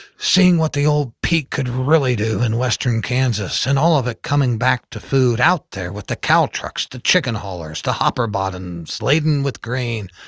seeing what the ol' pete could really do in western kansas. and all of it coming back to food. out there with the cow trucks, the chicken haulers, the hopper bottoms laden with grain,